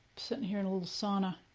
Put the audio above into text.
sitting here in a little sauna.